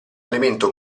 elemento